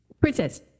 Princess